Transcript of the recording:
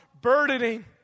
burdening